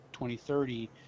2030